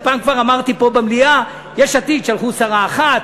אני פעם כבר אמרתי פה במליאה שיש עתיד שלחו שרה אחת.